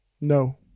No